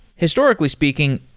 historically speaking,